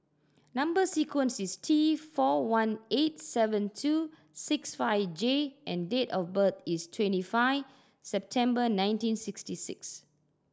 number sequence is T four one eight seven two six five J and date of birth is twenty five September nineteen sixty six